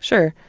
sure.